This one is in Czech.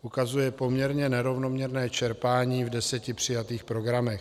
ukazuje poměrně nerovnoměrné čerpání v deseti přijatých programech.